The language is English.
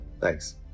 thanks